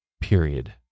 period